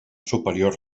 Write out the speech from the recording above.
superior